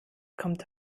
kommt